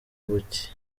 buki